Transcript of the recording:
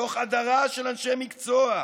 תוך הדרה של אנשי מקצוע,